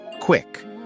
quick